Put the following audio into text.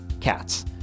Cats